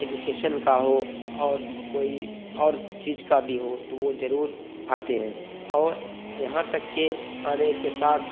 education کا ہو اور کوئی اور چیز کا بھی ہو تو وہ ضرور آتے ہیں اور یہاں تک کہ آنے کے ساتھ